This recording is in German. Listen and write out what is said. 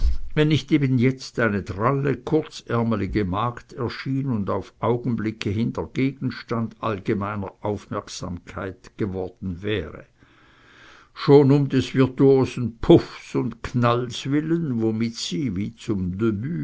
wenn nicht eben jetzt eine dralle kurzärmelige magd erschienen und auf augenblicke hin der gegenstand allgemeiner aufmerksamkeit geworden wäre schon um des virtuosen puffs und knalls willen womit sie wie zum